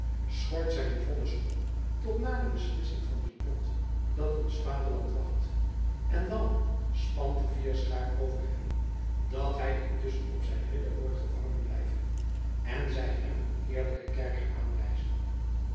schort zijn vonnis op tot na de beslissing van het lot dat ons vaderland wacht en dan spant de vierschaar over hem dat hij intusschen op zijn ridderwoord gevangen blijve en zij hem een eerlijke kerker